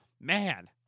man